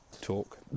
talk